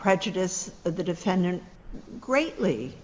prejudice of the defendant greatly